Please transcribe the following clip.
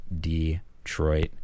Detroit